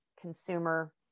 consumer